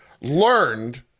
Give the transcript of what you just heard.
learned